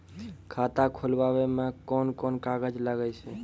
खाता खोलावै मे कोन कोन कागज लागै छै?